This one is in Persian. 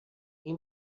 این